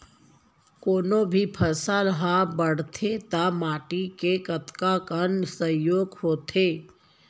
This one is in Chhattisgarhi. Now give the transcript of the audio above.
कोनो भी फसल हा बड़थे ता माटी के कतका कन सहयोग होथे?